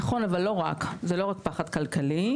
נכון, אבל זה לא רק פחד כלכלי.